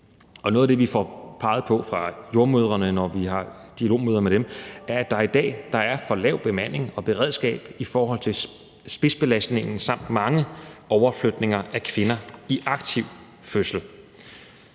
Noget af det, jordemødrene peger på, når vi har dialogmøder med dem, er, at der i dag er for lidt bemanding og beredskab i forhold til spidsbelastningen, samt at der er mange overflytninger af kvinder i aktiv fødsel.